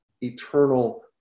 eternal